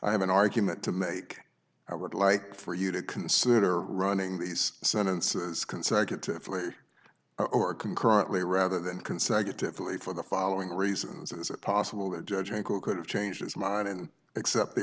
i have an argument to make i would like for you to consider running these sentences consecutively or concurrently rather than consecutively for the following reasons is it possible that judge and co could have changed his mind and accept the